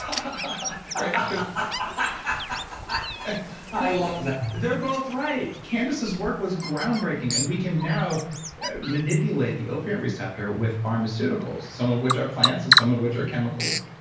i i love that they're both right. right. candace's work was groundbreaking, and we can now manipulate the opiate receptor with pharmaceuticals. some of which are plants, and some of which are chemicals,